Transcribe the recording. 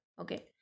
okay